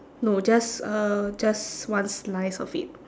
no just uh just one slice of it